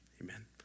amen